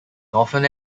northern